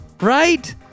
right